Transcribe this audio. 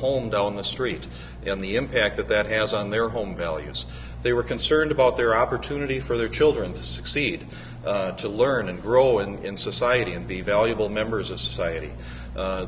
home down the street and the impact that that has on their home values they were concerned about their opportunities for their children to succeed to learn and grow and in society and be valuable members of society